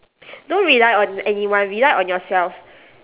don't rely on anyone rely on yourself